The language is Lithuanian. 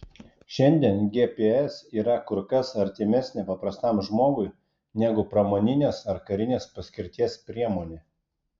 šiandien gps yra kur kas artimesnė paprastam žmogui negu pramoninės ar karinės paskirties priemonė